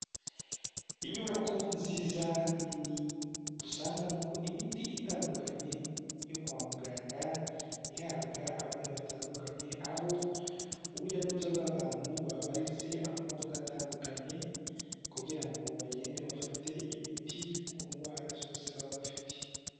Inyubako nziza nini dusangamo imiti itandukanye yo kwa muganga ihabwa abarwayi batandukanye, aho urujya n'uruza rw'abantu rwaparitse amamodoka atandukanye kugira ngo bagende bafate imiti ku ndwara zose baba bafite.